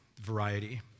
variety